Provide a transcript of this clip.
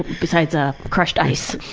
besides, ah. crushed ice.